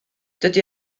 dydy